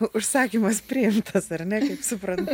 užsakymas priimtas ar ne kaip suprantu